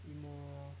eat more